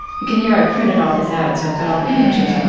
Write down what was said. you can hear i printed all this out, so i've got all the pictures